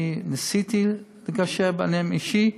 ניסיתי לגשר ביניהם אישית,